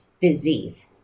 disease